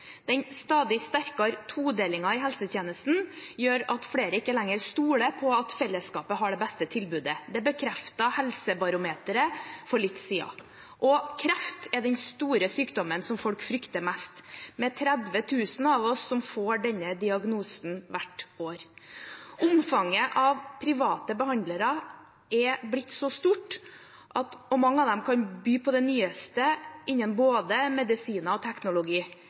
Den stadig sterkere todelingen i helsetjenesten gjør at flere ikke lenger stoler på at fellesskapet har det beste tilbudet. Det bekreftet Helsebarometeret for litt siden. Kreft er den store sykdommen som folk frykter mest. Det er 30 000 av oss som får denne diagnosen hvert år. Omfanget av private behandlere er blitt stort, og mange av dem kan by på det nyeste innen både medisin og teknologi.